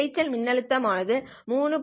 இரைச்சல் மின்னழுத்தம் ஆனது 3